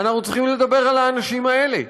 אנחנו צריכים לדבר על האנשים האלה.